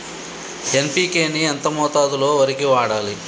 NPK ని ఎంత మోతాదులో వరికి వాడాలి?